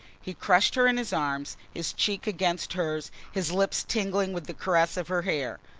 he crushed her in his arms, his cheek against hers, his lips tingling with the caress of her hair.